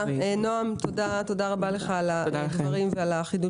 אזרח ללכת לקרוא את החוק כדי להבין מה הזכויות